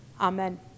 Amen